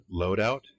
loadout